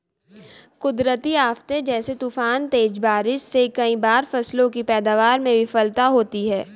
कुदरती आफ़ते जैसे तूफान, तेज बारिश से कई बार फसलों की पैदावार में विफलता होती है